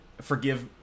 forgive